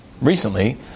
recently